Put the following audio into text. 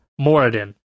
Moradin